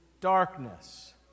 darkness